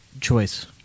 choice